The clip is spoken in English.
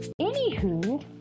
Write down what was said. anywho